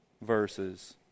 verses